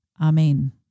Amen